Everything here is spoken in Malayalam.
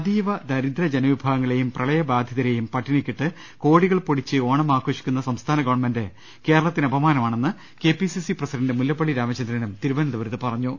അതീവ ദരിദ്ര ജനവിഭാഗങ്ങളെയും പ്രളയബാധിതരെയും പട്ടിണിക്കിട്ട് കോടികൾ പൊടിച്ച് ഓണം ആഘോഷിക്കുന്ന സംസ്ഥാന ഗവൺമെന്റ് കേരളത്തിന് അപമാനമാണെന്ന് കെപിസിസി പ്രസിഡണ്ട് മുല്ലപ്പള്ളി രാമചന്ദ്രൻ തിരുവനന്ത പുരത്ത് പറഞ്ഞു